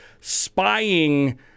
spying